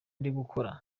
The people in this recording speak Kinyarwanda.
ndigukora